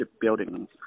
building